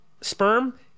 sperm